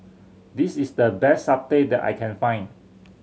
this is the best satay that I can find